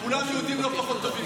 כולם יהודים לא פחות טובים ממך.